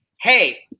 hey